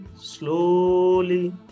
slowly